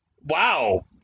wow